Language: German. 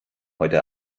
heute